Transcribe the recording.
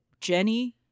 Jenny